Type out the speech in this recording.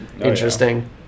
interesting